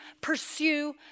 pursue